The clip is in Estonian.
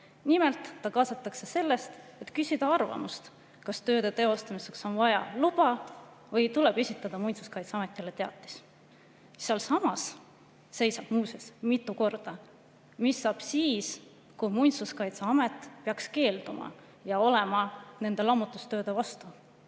Nimelt, ta kaasatakse selleks, et küsida arvamust, kas tööde teostamiseks on vaja luba või tuleb esitada Muinsuskaitseametile teatis. Sealsamas seisab muuseas mitu korda, mis saab siis, kui Muinsuskaitseamet peaks keelduma ja olema nende lammutustööde vastu.